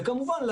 וכמובן,